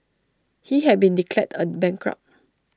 he had been declared A bankrupt